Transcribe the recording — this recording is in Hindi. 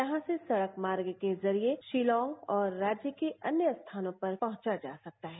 यहां से सड़क मार्ग के जरिये शिलांग और राज्य के अन्य स्थानों पर पहुंचा जा सकता है